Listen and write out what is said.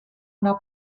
una